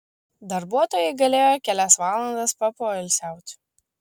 darbuotojai galėjo kelias valandas papoilsiauti